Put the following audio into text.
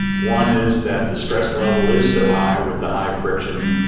one is that the stress level is so high with the high friction